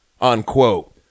Unquote